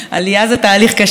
עלייה זה תהליך קשה,